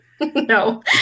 No